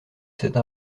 cette